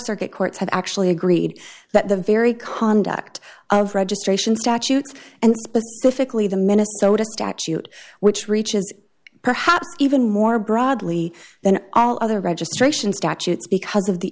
circuit courts have actually agreed that the very conduct of registration statute and difficulty the minnesota statute which reaches perhaps even more broadly than all other registration statutes because of the